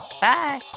Bye